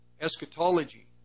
eschatology